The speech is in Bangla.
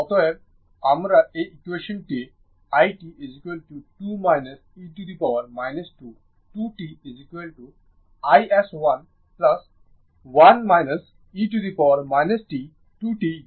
অতএব আমরা এই ইকুয়েশনটি i t 2 e t 2 t iS1 1 e t 2 t u মতো লিখতে পারি